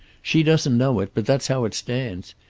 she doesn't know it, but that's how it stands.